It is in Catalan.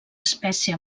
espècie